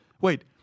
Wait